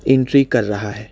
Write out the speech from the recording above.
entry کر رہا ہے